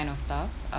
kind of stuff uh